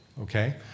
Okay